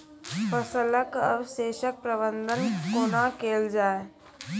फसलक अवशेषक प्रबंधन कूना केल जाये?